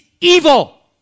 evil